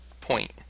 point